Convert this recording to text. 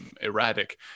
erratic